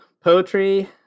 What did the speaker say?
Poetry